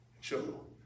Show